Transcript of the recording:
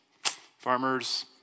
farmers